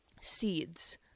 seeds